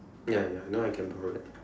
ya ya now I can borrow it